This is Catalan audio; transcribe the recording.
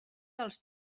dels